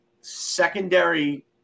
secondary